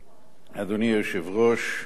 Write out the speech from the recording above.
אדוני היושב-ראש,